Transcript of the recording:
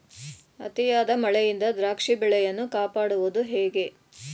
ಅತಿಯಾದ ಮಳೆಯಿಂದ ದ್ರಾಕ್ಷಿ ಬೆಳೆಯನ್ನು ಕಾಪಾಡುವುದು ಹೇಗೆ?